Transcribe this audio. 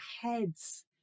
heads